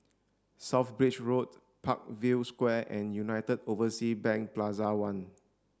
South Bridge Road Parkview Square and United Overseas Bank Plaza One